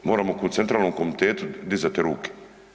Moramo ko u centralnom komitetu dizati ruke.